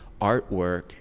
artwork